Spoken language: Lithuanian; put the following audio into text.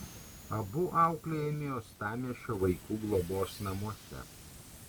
abu auklėjami uostamiesčio vaikų globos namuose